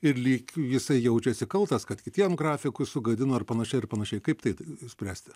ir lyg jisai jaučiasi kaltas kad kitiem grafikus sugadino ir panašiai ir panašiai kaip tai išspręsti